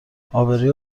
آبروی